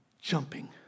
jumping